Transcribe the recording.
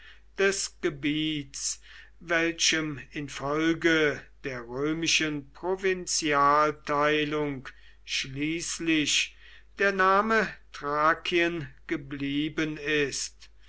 des gebiets welchem infolge der römischen provinzialteilung schließlich der name thrakien geblieben ist